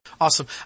Awesome